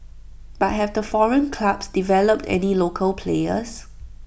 but have the foreign clubs developed any local players